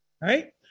right